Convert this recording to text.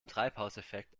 treibhauseffekt